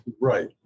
Right